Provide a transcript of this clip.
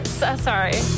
sorry